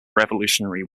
revolutionary